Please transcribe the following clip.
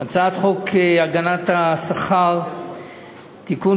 הצעת חוק הגנת השכר (תיקון,